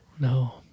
No